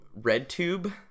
RedTube